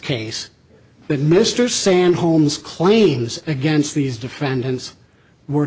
case that mr sam holmes claims against these defendants were